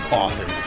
author